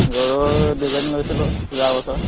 গৰু দুজনী লৈ গৈছিলোঁ যোৱা বছৰ